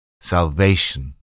salvation